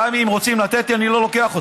גם אם רוצים לתת לי אני לא לוקח.